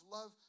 Love